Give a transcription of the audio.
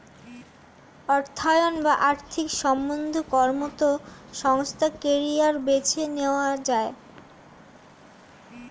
অর্থায়ন বা আর্থিক সম্বন্ধে কর্মরত সংস্থায় কেরিয়ার বেছে নেওয়া যায়